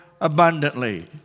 abundantly